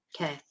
Okay